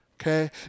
Okay